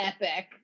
epic